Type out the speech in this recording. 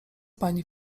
pani